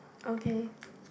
okay